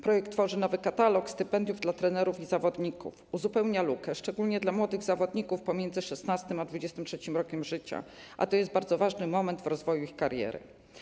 Projekt tworzy nowy katalog stypendiów dla trenerów i zawodników, uzupełnia lukę, szczególnie dla młodych zawodników pomiędzy 16. a 23. rokiem życia, a to jest bardzo ważny moment w rozwoju ich kariery.